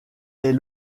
est